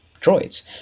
droids